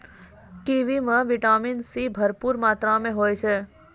kiwi म vitamin C भरपूर मात्रा में होय छै